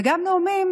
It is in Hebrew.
וגם נאומים